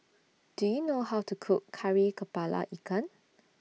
Do YOU know How to Cook Kari Kepala Ikan